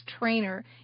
trainer